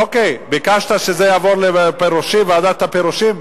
תעבירו את זה לוועדת הפירושים.